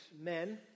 men